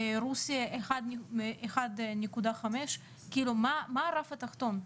רוסיה 1.5. מה הרף התחתון?